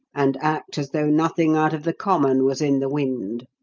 and act as though nothing out of the common was in the wind.